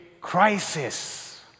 crisis